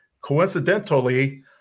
Coincidentally